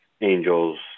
angels